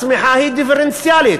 הצמיחה היא דיפרנציאלית,